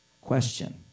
question